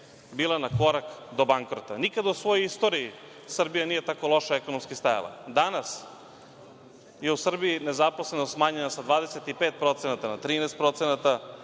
bila na korak do bankrota. Nikada u svojoj istoriji Srbija nije tako loše ekonomski stajala. Danas je u Srbiji nezaposlenost smanjena sa 25% na 13%.